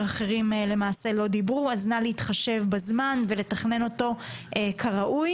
אחרים לא דיברו אז נא להתחשב בזמן ולתכנן אותו כראוי.